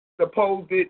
supposed